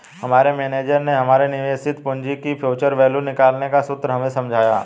हमारे मेनेजर ने हमारे निवेशित पूंजी की फ्यूचर वैल्यू निकालने का सूत्र हमें समझाया